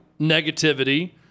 negativity